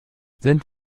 sind